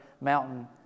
mountain